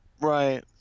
Right